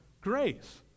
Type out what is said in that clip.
grace